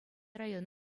район